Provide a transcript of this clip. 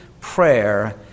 prayer